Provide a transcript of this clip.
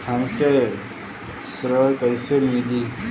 हमके ऋण कईसे मिली?